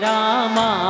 Rama